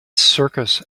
circus